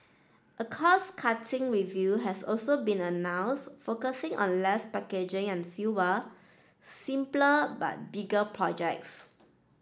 a cost cutting review has also been announced focusing on less packaging and fewer simpler but bigger projects